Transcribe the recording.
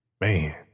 man